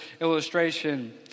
illustration